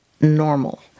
normal